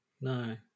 no